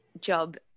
job